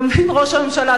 אתה מבין, ראש הממשלה?